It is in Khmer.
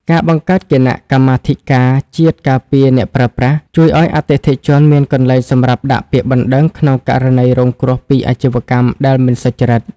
ការបង្កើតគណៈកម្មាធិការជាតិការពារអ្នកប្រើប្រាស់ ជួយឱ្យអតិថិជនមានកន្លែងសម្រាប់ដាក់ពាក្យបណ្ដឹងក្នុងករណីរងគ្រោះពីអាជីវកម្មដែលមិនសុចរិត។